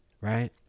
right